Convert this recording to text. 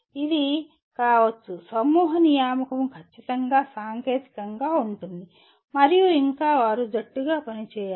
ఇది కావచ్చు సమూహ నియామకం ఖచ్చితంగా సాంకేతికంగా ఉంటుంది మరియు ఇంకా వారు జట్టుగా పనిచేయాలి